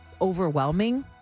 overwhelming